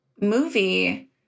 movie